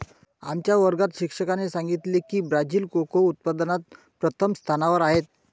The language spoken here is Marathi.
आमच्या वर्गात शिक्षकाने सांगितले की ब्राझील कोको उत्पादनात प्रथम स्थानावर आहे